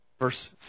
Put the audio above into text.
Verse